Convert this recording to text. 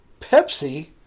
Pepsi